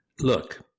Look